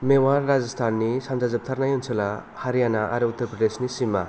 मेवात राजस्थाननि सानजा जोबथारनाय ओनसोला हारियाना आरो उत्तर प्रदेशनि सिमा